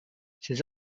ses